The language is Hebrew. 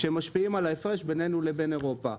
שמשפיעים על ההפרש ביננו לאירופה.